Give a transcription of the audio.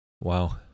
Wow